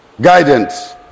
guidance